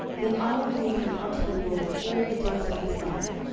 then i will give him unto the lord all the days of his life,